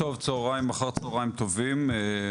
אחר צוהריים טובים,